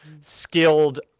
skilled